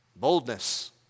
Boldness